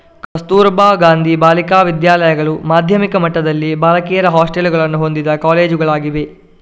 ಕಸ್ತೂರಬಾ ಗಾಂಧಿ ಬಾಲಿಕಾ ವಿದ್ಯಾಲಯಗಳು ಮಾಧ್ಯಮಿಕ ಮಟ್ಟದಲ್ಲಿ ಬಾಲಕಿಯರ ಹಾಸ್ಟೆಲುಗಳನ್ನು ಹೊಂದಿದ ಶಾಲೆಗಳಾಗಿವೆ